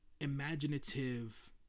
imaginative